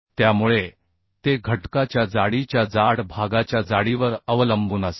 त्यामुळे ते घटकाच्या जाडीच्या जाड भागाच्या जाडीवर अवलंबून असते